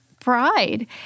pride